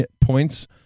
Points